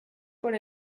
por